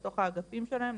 לתוך האגפים שלהם,